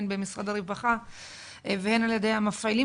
הן במשרד הרווחה והן על ידי המפעילים